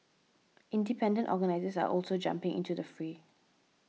independent organisers are also jumping into the fray